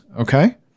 okay